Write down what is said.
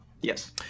Yes